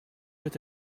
with